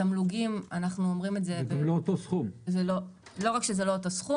התמלוגים לא רק שזה לא אותו סכום